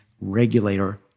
regulator